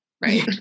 right